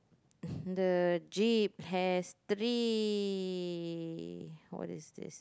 the jeep has three what is this